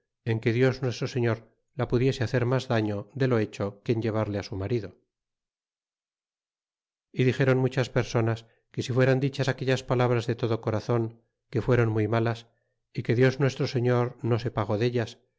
en que dios nuestro señor la pudiese hacer mas daño de lo hecho que en llevarle su marido y dixéron muchas personas que si fueran dichas aquellas palabras de todo corazon que fuéron muy malas e que dios nuestro señor no se pagó dellas